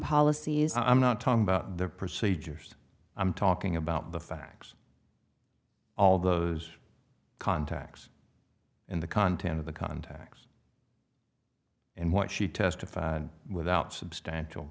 policies i'm not talking about their procedures i'm talking about the facts all those contacts in the content of the contacts and what she testified without substantial